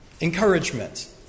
encouragement